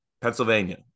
Pennsylvania